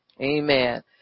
Amen